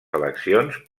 eleccions